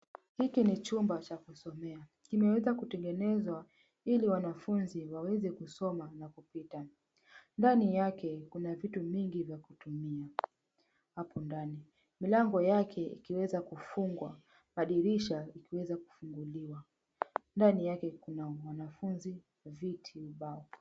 Hiki ni chumba cha kusomea, kimeweza kutengenezwa ili wanafunzi waweze kusomea na kupita. Ndani yake kuna vitu mingi vya kutumia hapo ndani. Milango yake ikiweza kufungwa, madirisha ikiweza kufunguliwa. Ndani yake kuna mwanafunzi, viti, ubao.